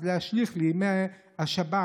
להשליך לימי השבת.